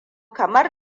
kamar